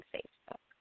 Facebook